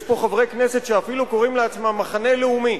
יש פה חברי כנסת שאפילו קוראים לעצמם "מחנה לאומי",